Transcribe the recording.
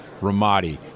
ramadi